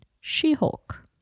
She-Hulk